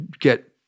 get